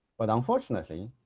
but unfortunately,